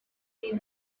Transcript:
clean